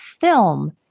film